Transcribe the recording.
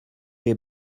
les